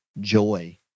joy